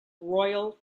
royal